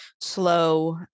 slow